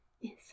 Yes